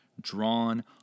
drawn